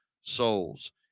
souls